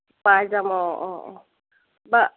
পাই যাম অঁ অঁ অঁ বা